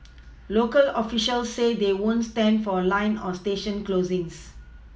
local officials say they won't stand for line or station closings